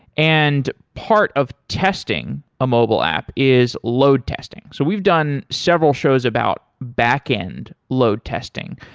and part of testing a mobile app is load testing. so we've done several shows about backend load testing,